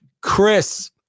Chris